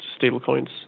stablecoins